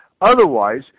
Otherwise